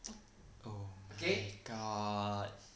oh my god